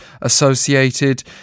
associated